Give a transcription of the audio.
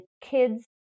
kids